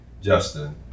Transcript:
justin